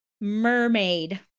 mermaid